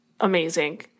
amazing